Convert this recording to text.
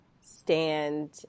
stand